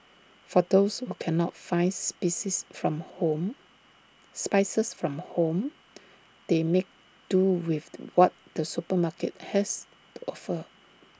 for those who cannot finds spices from home spices from home they make do with the what the supermarket has to offer